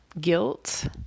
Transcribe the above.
Guilt